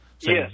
Yes